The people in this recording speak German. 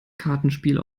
kartenspiel